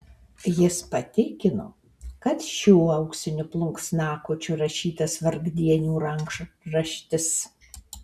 jis patikino kad šiuo auksiniu plunksnakočiu rašytas vargdienių rankraštis